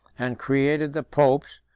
and created the popes,